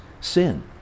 sin